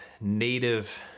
native